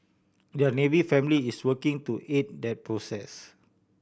their Navy family is working to aid that process